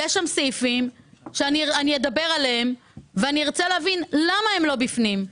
יש שם סעיפים שאדבר עליהם וארצה להבין למה הם לא בפנים,